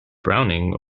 browning